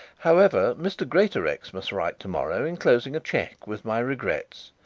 however. mr. greatorex must write to-morrow, enclosing a cheque, with my regrets,